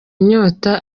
inyota